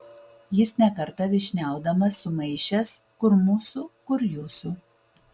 jis ne kartą vyšniaudamas sumaišęs kur mūsų kur jūsų